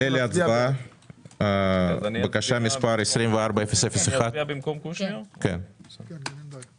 אני מעלה להצבעה בקשה 24001. מי בעד הפנייה?